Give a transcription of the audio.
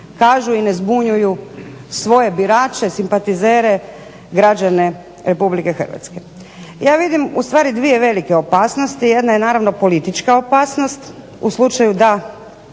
kažu i ne zbunjuju svoje birače, simpatizere, građane Republike Hrvatske. Ja vidim u stvari dvije velike opasnosti. Jedna je naravno politička opasnost u slučaju da